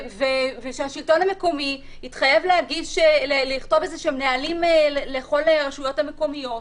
והשלטון המקומי יתחייב לכתוב איזשהם נהלים לכל הרשויות המקומיות,